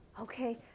Okay